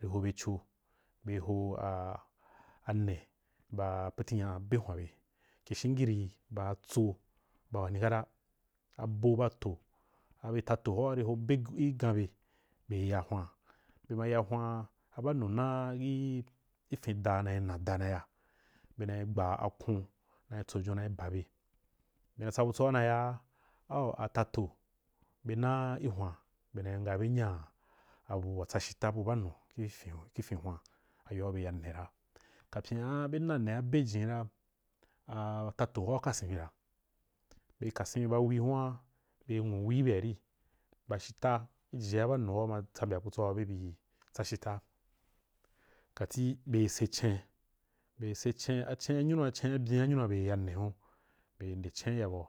Be hobe co be ho ane ba pitrinya be hwan be kashingiri ba atso ba wani kata ba abo ba ato wa hunva be ho be gambe be ya hwan be ma ya hwan a ba wunu na gi fin da na nna da na ya be na gba akon na ba be bena tsa butsoa na yaa cul a tatoh be na gi hwan na ngha be nya abu wa tsa ashila bu ba nu kih fin hwan ayoa be ya nne ra kapyen be nna ne a be jinni ra a tatoh hira kasen bi ra be kasen bi ba hù hunra be nwo wii kih byeari ba shinta ki jiji ba nu hora ma tsambya butso be bi tsa shita kali be seh cen nyunu a cen byen anyuu u be ya nne hun be nde cen’i ya bau